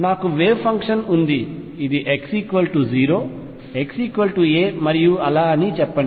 నాకు wave function ఉంది ఇది x 0 x a మరియు అలా అని చెప్పండి